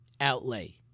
outlay